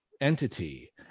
entity